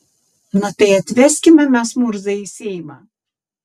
na tai atveskime mes murzą į seimą